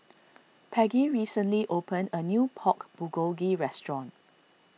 Peggie recently opened a new Pork Bulgogi restaurant